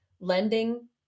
lending